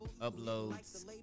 uploads